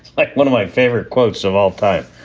like one of my favorite quotes of all time